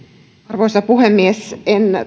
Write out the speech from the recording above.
arvoisa puhemies en